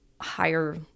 higher